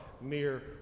mere